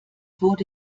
wurde